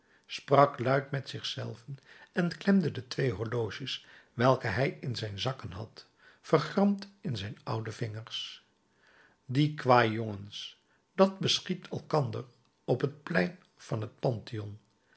sprak luide met zich zelven en klemde de twee horloges welke hij in zijn zakken had vergramd in zijn oude vingers die kwâjongens dat bescheidt elkander op het plein van het pantheon